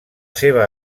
seva